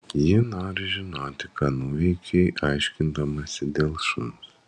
ji nori žinoti ką nuveikei aiškindamasi dėl šuns